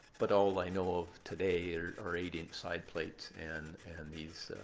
but all i know of today are are eight inch side plates and and these